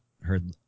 heard